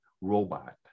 robot